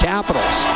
Capitals